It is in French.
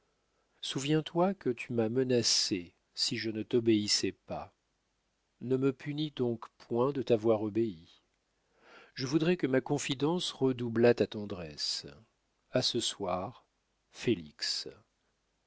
souviens-toi que tu m'as menacé si je ne t'obéissais pas ne me punis donc point de t'avoir obéi je voudrais que ma confidence redoublât ta tendresse a ce soir félix